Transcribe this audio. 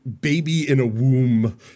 baby-in-a-womb